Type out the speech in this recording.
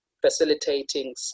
facilitating